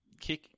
kick